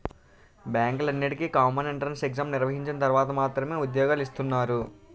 బ్యాంకులన్నింటికీ common entrance exam నిర్వహించిన తర్వాత మాత్రమే ఉద్యోగాలు ఇస్తున్నారు